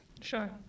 sure